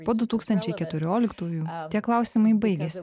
po du tūkstančiai keturioliktųjų tie klausimai baigėsi